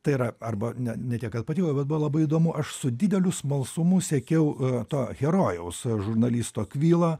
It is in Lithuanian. tai yra arba ne ne tiek kad patiko bet buvo labai įdomu aš su dideliu smalsumu sekiau to herojaus žurnalisto kvilą